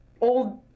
old